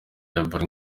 deborah